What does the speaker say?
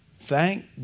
Thank